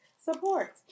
support